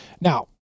Now